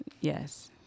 Yes